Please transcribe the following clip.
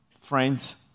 friends